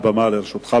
הבמה לרשותך.